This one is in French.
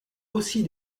aussi